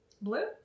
blue